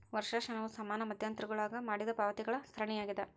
ವರ್ಷಾಶನವು ಸಮಾನ ಮಧ್ಯಂತರಗುಳಾಗ ಮಾಡಿದ ಪಾವತಿಗಳ ಸರಣಿಯಾಗ್ಯದ